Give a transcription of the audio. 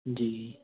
ਜੀ